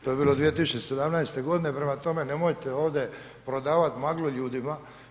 To je bilo 2017. godine, prema tome nemojte ovdje prodavat maglu ljudima.